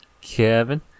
Kevin